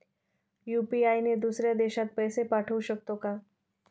UPI ने दुसऱ्या देशात पैसे पाठवू शकतो का?